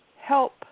help